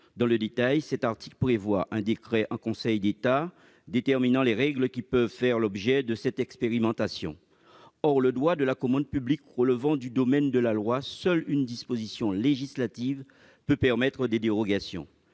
publique. Cet article prévoit qu'un décret en Conseil d'État détermine les règles qui peuvent faire l'objet de cette expérimentation. Or, le droit de la commande publique relevant du domaine de la loi, seule une disposition législative peut permettre des dérogations.